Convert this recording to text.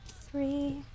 three